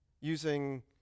using